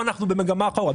רק שפה אנחנו במגמה אחרת.